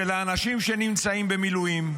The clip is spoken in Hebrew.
של האנשים שנמצאים במילואים,